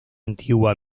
antigua